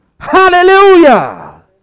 Hallelujah